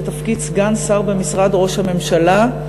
לתפקיד סגן שר במשרד ראש הממשלה,